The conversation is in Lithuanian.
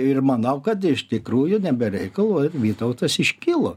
ir manau kad iš tikrųjų ne be reikalo vytautas iškilo